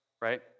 right